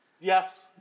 Yes